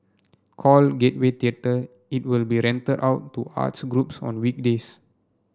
called Gateway Theatre it will be rented out to arts groups on weekdays